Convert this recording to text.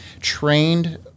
trained